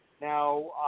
Now